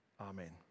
Amen